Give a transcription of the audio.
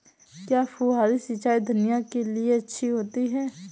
क्या फुहारी सिंचाई धनिया के लिए अच्छी होती है?